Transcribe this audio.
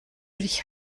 dich